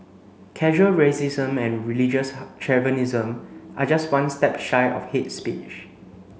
casual racism and religious chauvinism are just one step shy of hate speech